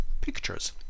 pictures